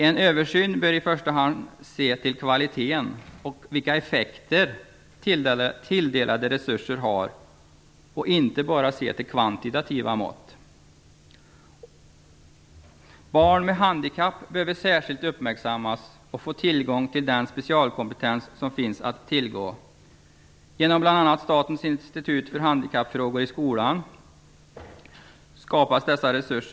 En översyn bör i första hand se till kvaliteten och till vilka effekter tilldelade resurser har och inte bara se till kvantitativa mått. Barn med handikapp behöver särskilt uppmärksammas och få tillgång till den specialkompetens som finns att tillgå genom bl.a. Statens institut för handikappfrågor i skolan.